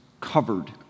covered